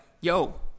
yo